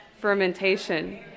fermentation